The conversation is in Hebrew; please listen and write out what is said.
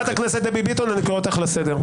חברת הכנסת דבי ביטון, אני קורא אותך לסדר.